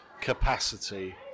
capacity